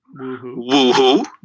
Woohoo